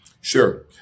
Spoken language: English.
Sure